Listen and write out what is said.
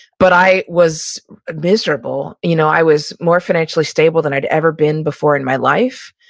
but i was miserable. you know i was more financially stable than i'd ever been before in my life.